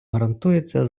гарантується